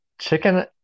Chicken